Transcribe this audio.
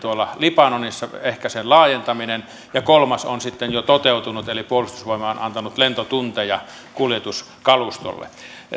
libanonissa ehkä sen laajentaminen ja kolmas on sitten jo toteutunut eli puolustusvoimat on antanut lentotunteja kuljetuskalustolle